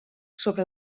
sobre